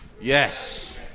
Yes